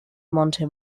monte